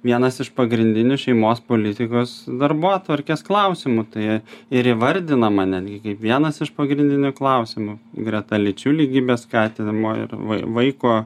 vienas iš pagrindinių šeimos politikos darbotvarkės klausimų tai ir įvardinama netgi kaip vienas iš pagrindinių klausimų greta lyčių lygybės skatinimo ir vaiko